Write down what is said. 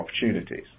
opportunities